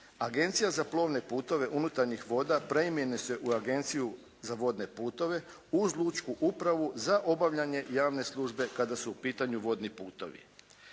Agencija za plovne putove unutarnjih voda preimenuje se u Agenciju za vodne putove uz lučku upravu za obavljanje javne službe kada su u pitanju vodni putovi.